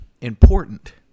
important